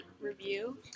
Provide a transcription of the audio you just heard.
review